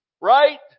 Right